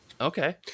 okay